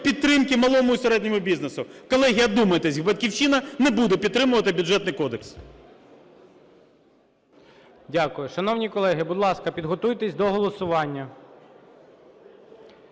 підтримки малому і середньому бізнесу. Колеги, одумайтесь! "Батьківщина" не буде підтримувати Бюджетний кодекс. ГОЛОВУЮЧИЙ. Дякую. Шановні колеги, будь ласка, підготуйтесь до голосування.